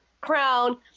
crown